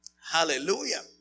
Hallelujah